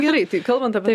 gerai tai kalbant apie